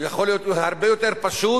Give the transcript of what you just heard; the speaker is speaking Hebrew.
יכול להיות שהוא הרבה יותר פשוט,